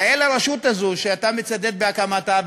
יאה לרשות הזו שאתה מצדד בהקמתה,